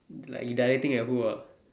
like you directing at who ah